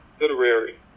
literary